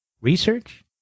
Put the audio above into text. Research